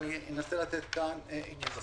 ואני אנסה לתת כאן התייחסות.